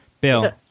Bill